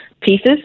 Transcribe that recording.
pieces